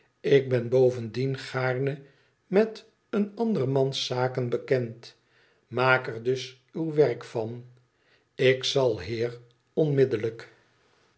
ik ben bovendien gaarne met een ander mans zaken bekend maak er dus uw werk van lk zal heer onmiddellijk